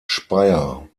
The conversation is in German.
speyer